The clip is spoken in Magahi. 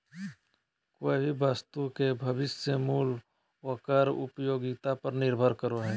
कोय भी वस्तु के भविष्य मूल्य ओकर उपयोगिता पर निर्भर करो हय